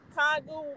Congo